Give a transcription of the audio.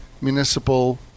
municipal